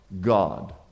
God